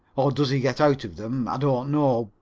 or does he get out of them? i don't know,